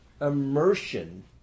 immersion